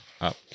up